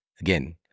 Again